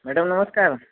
madam ନମସ୍କାର